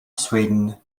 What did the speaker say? sweden